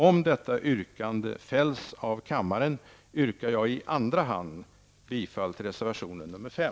Om detta yrkande fälls av kammaren, yrkar jag i andra hand bifall till reservation nr 5.